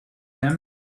him